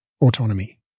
autonomy